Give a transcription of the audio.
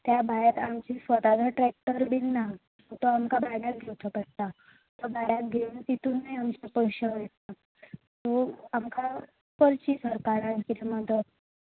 त्या भायर आमचो स्वताचो ट्रॅक्टर बीन ना सो तो आमकां भाड्यान घेवचो पडटा सो भाड्याक घेवन तितूंतय आमचे पयशे वयता सो आमकां करची सरकारान कितें मदत